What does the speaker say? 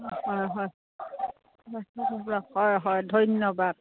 হয় হয় হয় হয় ধন্যবাদ